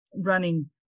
running